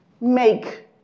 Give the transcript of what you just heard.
make